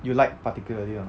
you like particularly or not